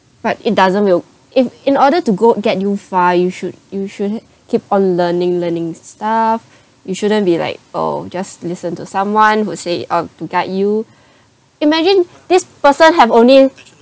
but it doesn't you if in order to go get you far you should you should keep on learning learning stuff you shouldn't be like oh just listen to someone who say uh to guide you imagine this person have only